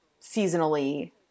seasonally